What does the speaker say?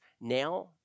now